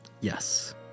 Yes